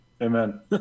Amen